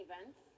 events